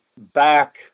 back